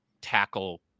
tackle